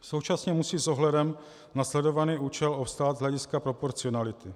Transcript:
Současně musí s ohledem na sledovaný účel obstát z hlediska proporcionality.